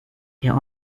der